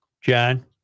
John